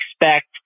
expect